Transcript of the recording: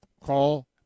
call